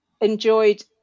enjoyed